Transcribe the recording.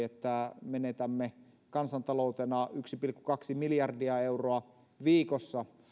että menetämme kansantaloutena yksi pilkku kaksi miljardia euroa viikossa